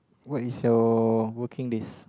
what is your working days